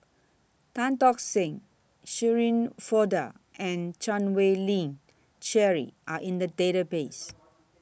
Tan Tock Seng Shirin Fozdar and Chan Wei Ling Cheryl Are in The Database